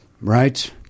Right